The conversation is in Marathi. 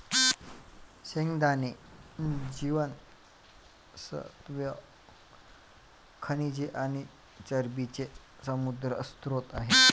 शेंगदाणे जीवनसत्त्वे, खनिजे आणि चरबीचे समृद्ध स्त्रोत आहेत